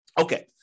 Okay